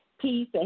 Peace